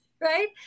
right